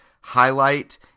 highlight